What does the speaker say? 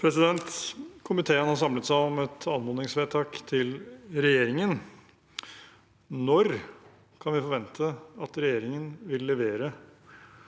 Komiteen har sam- let seg om et anmodningsvedtak til regjeringen. Når kan vi forvente at regjeringen vil levere